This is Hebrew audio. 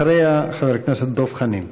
אחריה, חבר הכנסת דב חנין.